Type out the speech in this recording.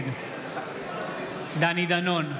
נגד דני דנון,